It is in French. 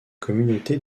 communauté